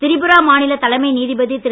திரிபுரா மாநில தலைமை நீதிபதி திரு